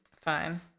Fine